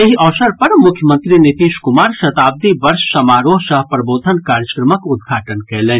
एहि अवसर पर मुख्यमंत्री नीतीश कुमार शताब्दी वर्ष समारोह सह प्रबोधन कार्यक्रमक उद्घाटन कयलनि